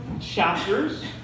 chapters